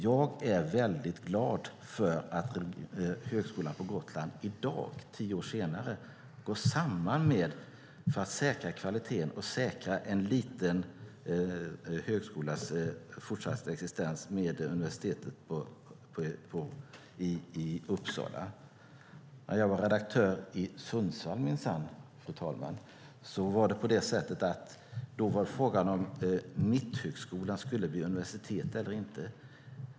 Jag är glad för att Högskolan på Gotland i dag, tio år senare, för att säkra kvaliteten och säkra en liten högskolas fortsatta existens går samman med universitetet i Uppsala. När jag var redaktör i Sundsvall - minsann, fru talman - var det fråga om huruvida Mitthögskolan skulle bli universitet eller inte.